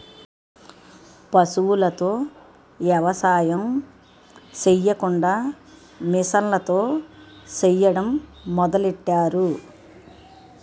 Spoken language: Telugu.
పశువులతో ఎవసాయం సెయ్యకుండా మిసన్లతో సెయ్యడం మొదలెట్టారు